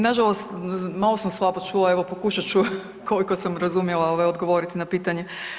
Nažalost malo sam slabo čula, evo pokušat ću koliko sam razumjela, ovaj, odgovoriti na pitanje.